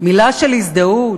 מילה של הזדהות.